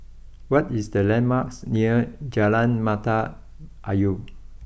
what is the landmarks near Jalan Mata Ayer